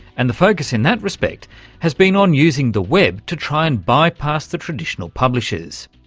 and the focus in that respect has been on using the web to try and bypass the traditional publishers.